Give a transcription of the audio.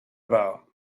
about